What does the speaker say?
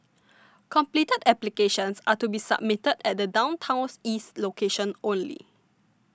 completed applications are to be submitted at the Downtowns East location only